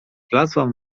wlazłam